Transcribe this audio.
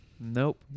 Nope